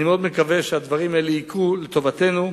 אני מאוד מקווה שהדברים האלה יקרו לטובתנו,